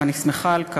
ואני שמחה על כך,